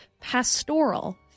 pastoral